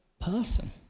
person